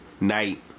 night